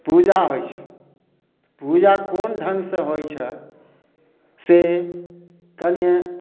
पूजा होइ छै पूजा कोन ढंग सऽ होय छै से कनिये